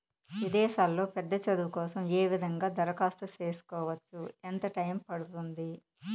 విదేశాల్లో పెద్ద చదువు కోసం ఏ విధంగా దరఖాస్తు సేసుకోవచ్చు? ఎంత టైము పడుతుంది?